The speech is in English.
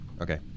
Okay